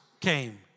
came